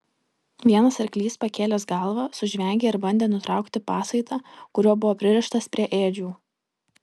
vienas arklys pakėlęs galvą sužvengė ir bandė nutraukti pasaitą kuriuo buvo pririštas prie ėdžių